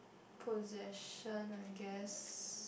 possession I guess